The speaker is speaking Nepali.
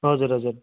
हजुर हजुर